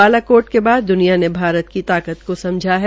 बालाकोट के बाद द्निया ने भारत की ताकत को समझा है